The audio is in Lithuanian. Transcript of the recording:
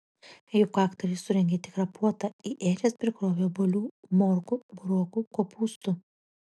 juk aktoriai surengė tikrą puotą į ėdžias prikrovė obuolių morkų burokų kopūstų